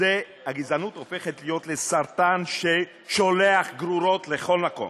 הגזענות הופכת להיות לסרטן ששולח גרורות לכל מקום.